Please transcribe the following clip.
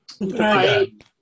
Right